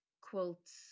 quilts